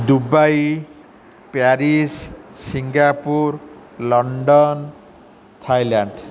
Dubai Paris Singapore London Thailand